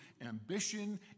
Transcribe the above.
ambition